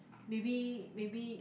maybe maybe